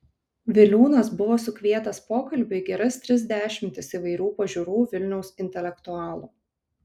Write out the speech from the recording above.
viliūnas buvo sukvietęs pokalbiui geras tris dešimtis įvairių pažiūrų vilniaus intelektualų